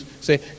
say